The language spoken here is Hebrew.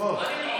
בוא.